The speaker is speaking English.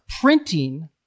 printing